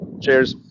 Cheers